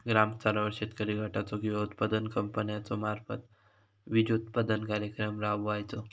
ग्रामस्तरावर शेतकरी गटाचो किंवा उत्पादक कंपन्याचो मार्फत बिजोत्पादन कार्यक्रम राबायचो?